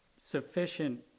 sufficient